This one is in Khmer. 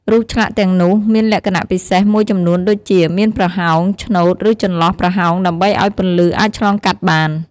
រូបឆ្លាក់ទាំងនោះមានលក្ខណៈពិសេសមួយចំនួនដូចជា មានប្រហោង ឆ្នូត ឬចន្លោះប្រហោងដើម្បីឲ្យពន្លឺអាចឆ្លងកាត់បាន។